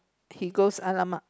he goes !alamak!